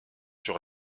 sur